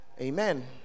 Amen